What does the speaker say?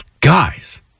Guys